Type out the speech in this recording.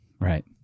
Right